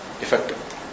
effective